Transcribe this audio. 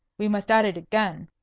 we must at it again,